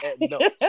No